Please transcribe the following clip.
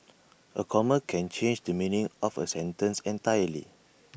A comma can change the meaning of A sentence entirely